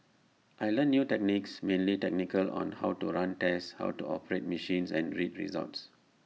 I learnt new techniques mainly technical on how to run tests how to operate machines and read results